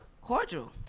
cordial